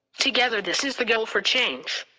together this is the goal for change.